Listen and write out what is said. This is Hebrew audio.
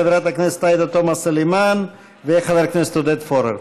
חברת הכנסת עאידה תומא סלימאן וחבר הכנסת עודד פורר.